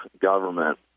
government